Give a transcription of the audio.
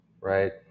right